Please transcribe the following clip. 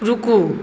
रुकू